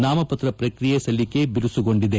ನಾಮಪತ್ರ ಪ್ರಕ್ರಿಯೆ ಸಲ್ಲಿಕೆ ಬಿರುಸುಗೊಂಡಿದೆ